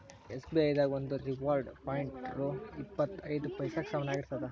SBI ದಾಗ ಒಂದು reward point ರೊ ಇಪ್ಪತ್ ಐದ ಪೈಸಾಕ್ಕ ಸಮನಾಗಿರ್ತದ